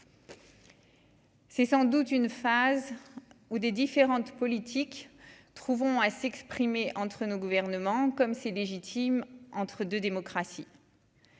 C'est sans doute une phase où des différentes politiques trouveront à s'exprimer entre nos gouvernements comme c'est légitime entre 2 démocratie.